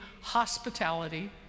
hospitality